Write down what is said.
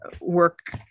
work